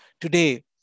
Today